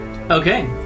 Okay